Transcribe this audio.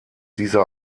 dieser